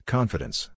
Confidence